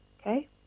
okay